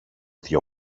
δυο